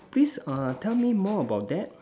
please err tell me more about that